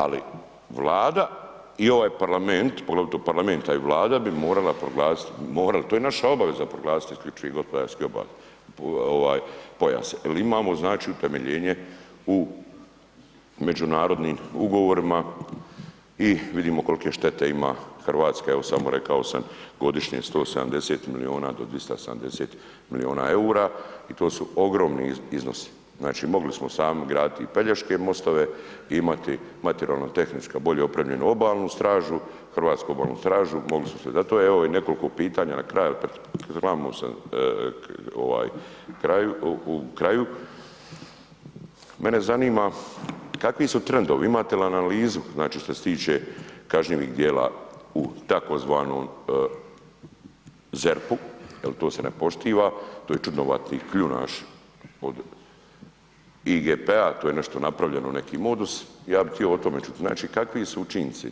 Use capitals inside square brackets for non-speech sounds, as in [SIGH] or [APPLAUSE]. Ali Vlada i ovaj parlament, poglavito parlament a i Vlada bi morala proglasiti, morala, to je naša obaveza proglasiti isključivi gospodarski pojas jer imamo utemeljenje u međunarodnim ugovorima i vidimo kolike štete ima Hrvatske, evo samo rekao sam godišnje 170 milijuna do 270 milijuna eura i to su ogromni iznosi, znači mogli smo sami graditi pelješke mostove, imati materijalno i tehnički bolje opremljenu Obalnu stražu, hrvatsku Obalnu stražu, mogli smo ... [UNINTELLIGIBLE] evo i nekoliko pitanja na kraju ... [UNINTELLIGIBLE] Mene zanima kakvi su trendovi, imate li analizu znači što se tiče kažnjivih djela u tzv. ZERP-u jer to se ne poštiva, to je čudnovati kljunaš od IGP-a, to je nešto napravljeno, neki modus, ja bi htio o tome čuti, znači kakvi su učinci,